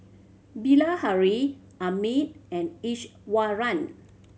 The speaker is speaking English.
Bilahari Amit and Iswaran